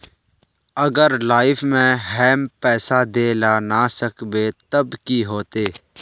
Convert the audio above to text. अगर लाइफ में हैम पैसा दे ला ना सकबे तब की होते?